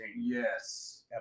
Yes